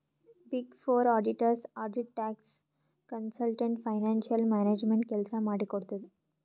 big four auditors audit, tax, consultant, financial management ಕೆಲ್ಸ ಮಾಡಿ ಕೊಡ್ತುದ್